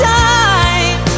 time